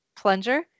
plunger